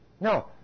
No